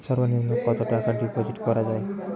সর্ব নিম্ন কতটাকা ডিপোজিট করা য়ায়?